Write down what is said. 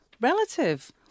relative